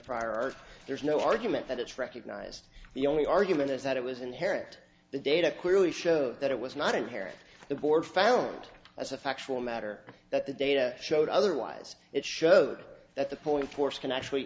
prior art there's no argument that it's recognized the only argument is that it was inherent the data clearly show that it was not inherent the board found as a factual matter that the data showed otherwise it showed that the point of force can actually